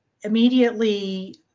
immediately